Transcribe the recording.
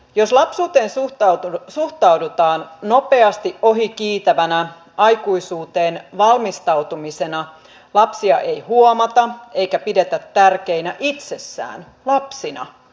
jos lapsuuteen suhtaudutaan nopeasti ohikiitävänä aikuisuuteen valmistautumisena lapsia ei huomata eikä pidetä tärkeinä itsessään lapsina